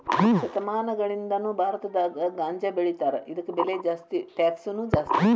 ಶತಮಾನಗಳಿಂದಾನು ಭಾರತದಾಗ ಗಾಂಜಾಬೆಳಿತಾರ ಇದಕ್ಕ ಬೆಲೆ ಜಾಸ್ತಿ ಟ್ಯಾಕ್ಸನು ಜಾಸ್ತಿ